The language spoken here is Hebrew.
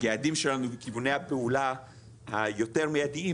היעדים שלנו וכיווני הפעולה היותר מיידיים,